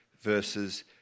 verses